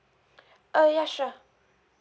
oh yeah sure